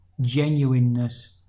genuineness